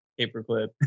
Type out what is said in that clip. paperclip